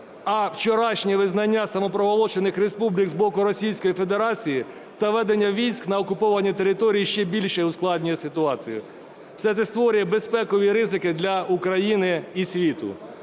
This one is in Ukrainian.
а вчорашнє визнання самопроголошених республік з боку Російської Федерації та введення військ на окуповані території ще більше ускладнює ситуацію. Все це створює безпекові ризики для України і світу,